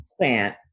plant